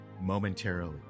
momentarily